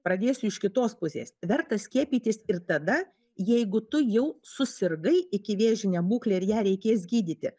pradėsiu iš kitos pusės verta skiepytis ir tada jeigu tu jau susirgai ikivėžine būkle ir ją reikės gydyti